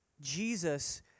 Jesus